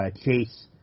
chase